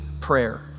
prayer